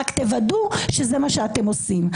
רק תוודאו שזה מה שאתם עושים,